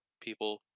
people